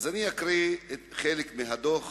אקרא חלק מן הדוח